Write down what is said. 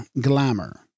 glamour